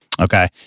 Okay